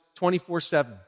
24-7